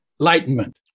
enlightenment